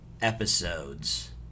episodes